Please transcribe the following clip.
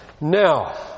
Now